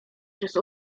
przez